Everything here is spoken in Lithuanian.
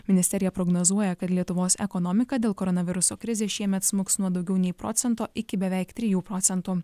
ministerija prognozuoja kad lietuvos ekonomika dėl koronaviruso krizės šiemet smuks nuo daugiau nei procento iki beveik trijų procentų